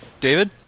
david